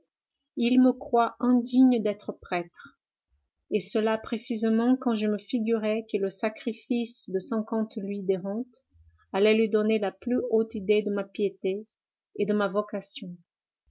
il me croit indigne d'être prêtre et cela précisément quand je me figurais que le sacrifice de cinquante louis de rentes allait lui donner la plus haute idée de ma piété et de ma vocation